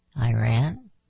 Iran